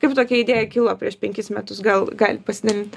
kaip tokia idėja kilo prieš penkis metus gal galit pasidalint